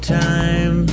time